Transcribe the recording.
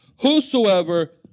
Whosoever